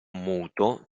muto